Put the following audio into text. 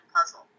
puzzle